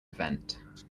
event